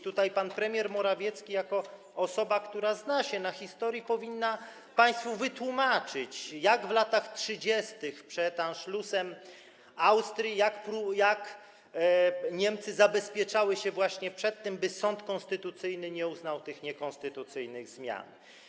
Tutaj pan premier Morawiecki jako osoba, która zna się na historii, powinien państwu wytłumaczyć, jak w latach 30. przed Anschlussem Austrii Niemcy zabezpieczały się właśnie przed tym, by sąd konstytucyjny nie uznał tych niekonstytucyjnych zmian.